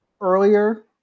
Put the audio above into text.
earlier